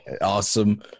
awesome